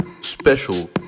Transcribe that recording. Special